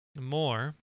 more